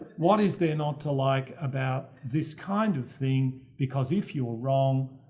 what is there not to like about this kind of thing? because if you're wrong.